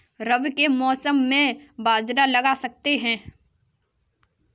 रवि के मौसम में बाजरा लगा सकते हैं?